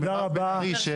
ולמירב בן ארי.